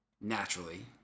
Naturally